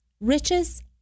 riches